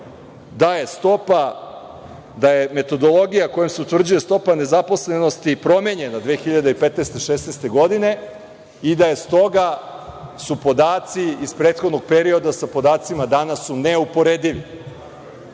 da je metodologija kojom se utvrđuje stopa nezaposlenosti promenjena 2015/16 godine i da, stoga, su podaci iz prethodnog perioda sa podacima danas neuporedivi.